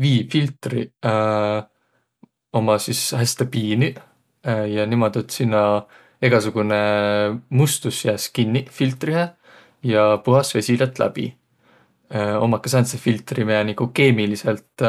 Viifiltriq ummaq sis häste piinüq ja niimuudu, et sinnäq egäsugunõ mustus jääs kinniq filtrihe ja puhas vesi lätt läbi. Ummaq ka säätseq filtriq, miä keemiliselt